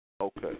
Okay